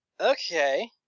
okay